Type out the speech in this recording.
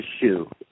shoe